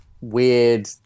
weird